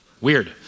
weird